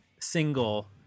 single